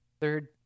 Third